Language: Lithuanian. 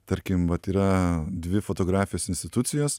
tarkim vat yra dvi fotografijos institucijos